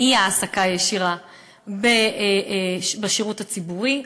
העסקה לא ישירה בשירות הציבורי.